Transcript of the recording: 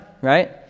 right